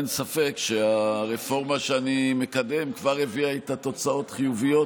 אין ספק שהרפורמה שאני מקדם כבר הביאה איתה תוצאות חיוביות,